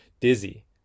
Dizzy